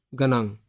ganang